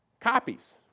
copies